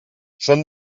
són